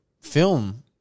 film